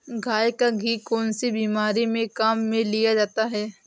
गाय का घी कौनसी बीमारी में काम में लिया जाता है?